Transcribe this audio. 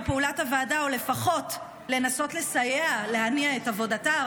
פעולת הוועדה או לפחות לנסות לסייע להניע את עבודתה?